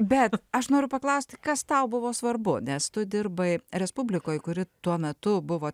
bet aš noriu paklausti kas tau buvo svarbu nes tu dirbai respublikoj kuri tuo metu buvo